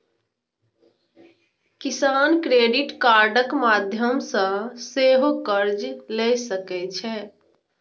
किसान क्रेडिट कार्डक माध्यम सं सेहो कर्ज लए सकै छै